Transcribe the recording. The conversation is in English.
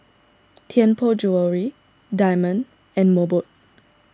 Tianpo Jewellery Diamond and Mobot